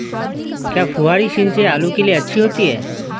क्या फुहारी सिंचाई आलू के लिए अच्छी होती है?